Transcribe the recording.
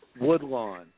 Woodlawn